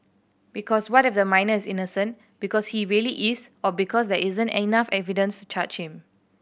because what if the minor is innocent because he really is or because there isn't enough evidence to charge him